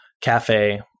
cafe